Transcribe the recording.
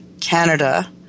Canada